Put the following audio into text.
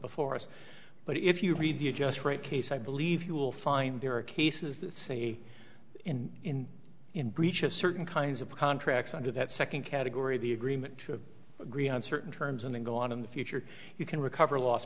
before us but if you read the just right case i believe you'll find there are cases that say in in in breach of certain kinds of contracts under that second category the agreement of agree on certain terms and then go on in the future you can recover los